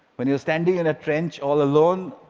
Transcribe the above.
when you're standing in a trench all alone,